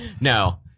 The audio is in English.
No